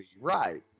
Right